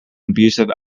abusive